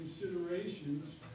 considerations